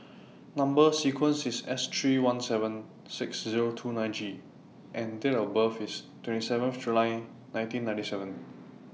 Number sequence IS S three one seven six Zero two nine G and Date of birth IS twenty seven of July nineteen ninety seven